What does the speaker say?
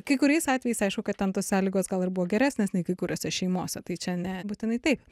kai kuriais atvejais aišku kad ten tos sąlygos gal ir buvo geresnės nei kai kuriose šeimose tai čia ne būtinai taip